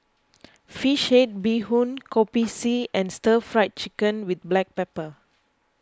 Fish Head Bee Hoon Kopi C and Stir Fried Chicken with Black Pepper